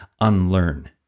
unlearn